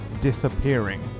disappearing